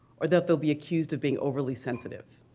or that they'll be accused of being overly sensitive.